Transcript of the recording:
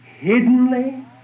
hiddenly